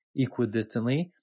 equidistantly